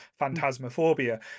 Phantasmophobia